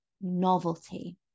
novelty